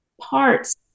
parts